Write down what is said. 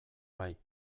bai